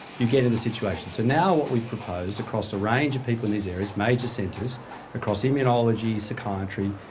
you get in this situation. so now what we proposed across a range of people in these areas, major centres across immunology, psychiatry,